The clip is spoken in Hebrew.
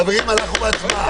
חברים, אנחנו בהצבעה.